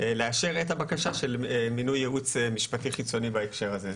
לאשר את הבקשה של מינוי ייעוץ משפטי חיצוני בהקשר הזה.